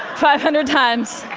five hundred times.